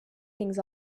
things